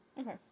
Okay